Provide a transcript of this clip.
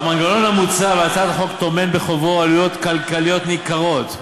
המנגנון המוצע בהצעת החוק טומן בחובו עלויות כלכליות ניכרות.